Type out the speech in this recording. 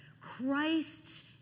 Christ's